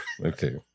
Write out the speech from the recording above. Okay